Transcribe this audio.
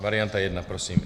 Varianta 1 prosím.